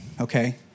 Okay